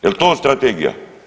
Jel to strategija?